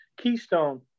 Keystone